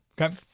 Okay